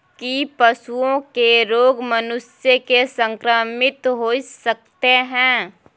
की पशुओं के रोग मनुष्य के संक्रमित होय सकते है?